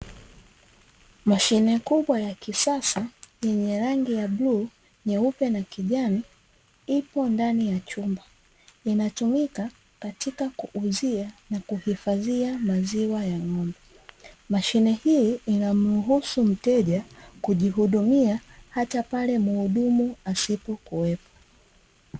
Mashine kubwa ya kisasa yenye rangi ya: bluu, nyeupe na kijani; ipo ndani ya chumba. Inatumika katika kuuzia na kuhifadhia maziwa ya ng'ombe. Mashine hii inamruhusu mteja kujihudumia hata pale muhudumu asipokuwepo.